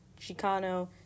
Chicano